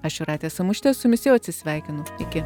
aš jūratė samušytė su jumis jau atsisveikinu iki